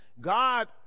God